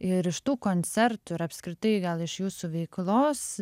ir iš tų koncertų ir apskritai gal iš jūsų veiklos